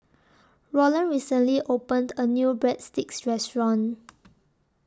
Rolland recently opened A New Breadsticks Restaurant